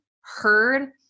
heard